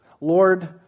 Lord